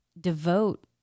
devote